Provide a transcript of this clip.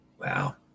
Wow